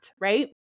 right